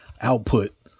output